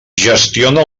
gestiona